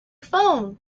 phone